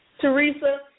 Teresa